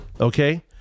okay